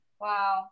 Wow